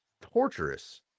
Torturous